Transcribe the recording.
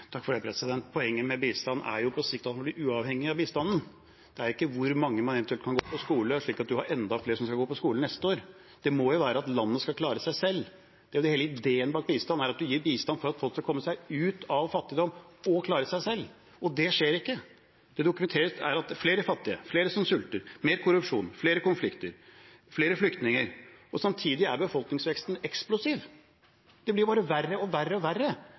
Poenget med bistand er jo på sikt at en blir uavhengig av bistanden. Det er ikke hvor mange som eventuelt kan gå på skole, og at det er enda flere som skal gå på skole neste år – det må jo være at landet skal klare seg selv. Hele ideen bak bistand er jo at folk skal komme seg ut av fattigdom og klare seg selv, og det skjer ikke. Det er dokumentert at det er flere fattige, flere som sulter, mer korrupsjon, flere konflikter, flere flyktninger. Samtidig er befolkningsveksten eksplosiv. Det blir bare verre og verre og verre.